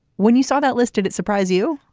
when you saw that listed it, surprise you?